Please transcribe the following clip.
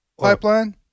pipeline